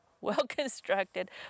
well-constructed